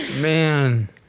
Man